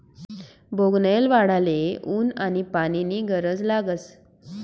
बोगनयेल वाढाले ऊन आनी पानी नी गरज लागस